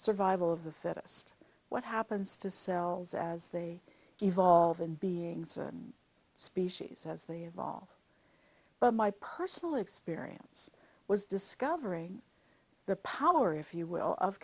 survival of the fittest what happens to cells as they evolve and beings and species as they evolve but my personal experience was discovering the power if you will of